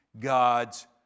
God's